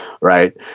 right